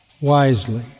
wisely